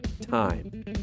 time